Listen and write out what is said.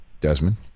Desmond